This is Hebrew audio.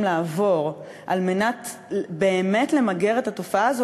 לעבור כדי באמת למגר את התופעה הזאת,